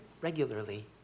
regularly